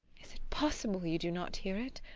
is it possible you do not hear it?